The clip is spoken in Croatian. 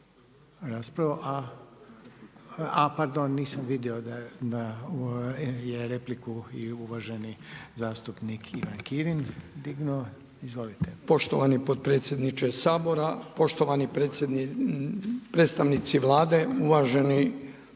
Pardon, nisam vidio da je repliku i uvaženi zastupnik Ivan Kirin dignuo. Izvolite. **Kirin, Ivan (HDZ)** Poštovani potpredsjedniče Sabora, poštovani predstavnici Vlade, uvaženi